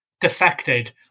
defected